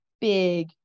big